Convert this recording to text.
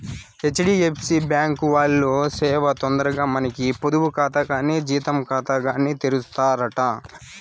HDFC bank వాల్లు సేనా తొందరగా మనకి పొదుపు కాతా కానీ జీతం కాతాగాని తెరుస్తారట